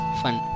fun